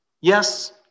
Yes